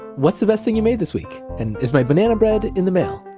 what's the best thing you've made this week? and is my banana bread in the mail?